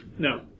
No